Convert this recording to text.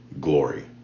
glory